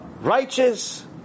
Righteous